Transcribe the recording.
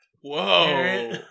Whoa